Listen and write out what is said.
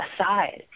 aside